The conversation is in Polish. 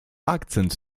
akcent